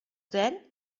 tren